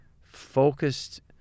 focused